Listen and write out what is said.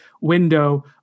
window